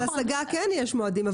שלהשגה כן יש מועדים.